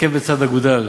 עקב בצד אגודל,